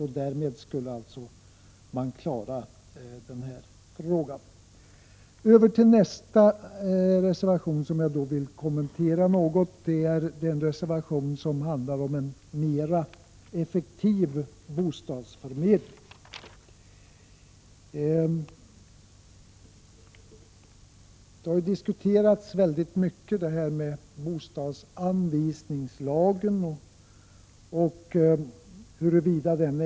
På detta sätt skulle man lösa denna fråga. Jag vill därefter kommentera den reservation som tar upp en mer effektiv bostadsförmedling.